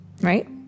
right